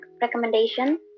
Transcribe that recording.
recommendation